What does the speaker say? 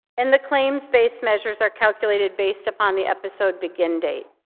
and the claims-based measures are calculated based upon the episode begin date.